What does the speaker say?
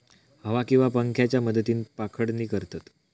हवा किंवा पंख्याच्या मदतीन पाखडणी करतत